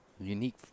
unique